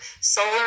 solar